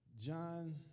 John